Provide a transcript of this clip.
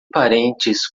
parentes